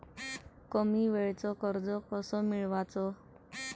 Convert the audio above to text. कमी वेळचं कर्ज कस मिळवाचं?